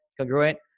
congruent